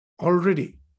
already